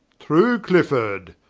true clifford,